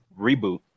reboot